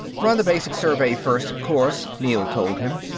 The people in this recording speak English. run the basic survey first, of course, neel told him.